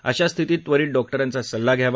अशा स्थितीत त्वरित डॉक्टरांचा सल्ला घ्यावा